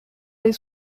les